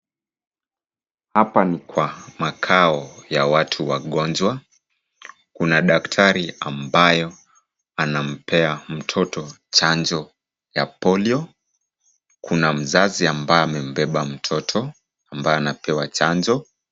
Hapa ni kwa makao ya watu wagonjwa . Kuna daktari ambaye anampea mtoto chanjo ya polio . Kuna mzazi ambaye amebeba mtoto ambaye anapewa chanjo.